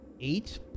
Eight